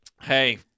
Hey